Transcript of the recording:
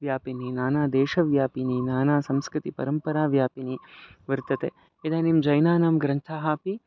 व्यापिनी नाना देशव्यापिनी नाना संस्कृतिपरम्पराव्यापिनी वर्तते इदानीं जैनानां ग्रन्थाः अपि